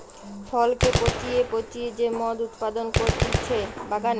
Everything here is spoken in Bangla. ফলকে পচিয়ে পচিয়ে যে মদ উৎপাদন করতিছে বাগানে